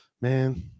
man